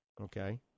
Okay